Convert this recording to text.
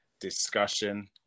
discussion